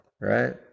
right